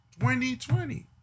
2020